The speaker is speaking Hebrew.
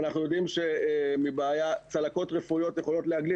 אנחנו יודעים שצלקות רפואיות יכולות להגליד